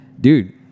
dude